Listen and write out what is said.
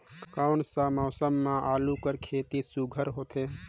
कोन सा मौसम म आलू कर खेती सुघ्घर होथे?